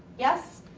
yes?